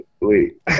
Wait